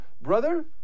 Brother